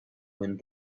wind